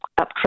up